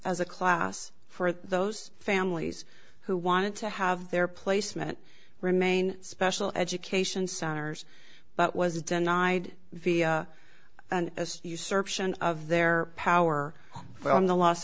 as a class for those families who wanted to have their placement remain special education centers but was denied via as usurps and of their power from the los